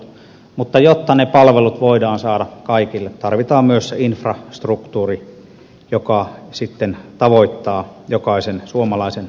mutta jotta ne palvelut voidaan saada kaikille tarvitaan myös se infrastruktuuri joka sitten tavoittaa jokaisen suomalaisen asuinpaikasta riippumatta